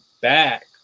back